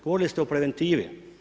Govorili ste o preventivi.